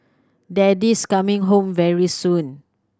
daddy's coming home very soon